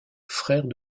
frère